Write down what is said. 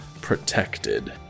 protected